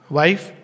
wife